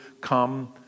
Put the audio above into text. come